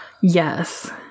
Yes